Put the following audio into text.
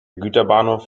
güterbahnhof